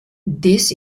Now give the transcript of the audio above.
this